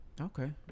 Okay